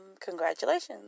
congratulations